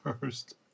first